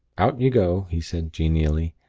out you go! he said, genially.